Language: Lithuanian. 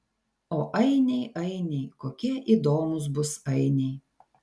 o ainiai ainiai kokie įdomūs bus ainiai